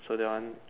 so that one